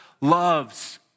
loves